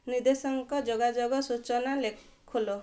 ନିଦେଶାନଙ୍କ ଯୋଗାଯୋଗ ସୂଚନା ଖୋଲ